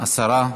השרה,